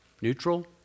neutral